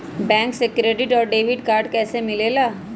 Bank से credit और debit card कैसी मिलेला?